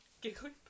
giggling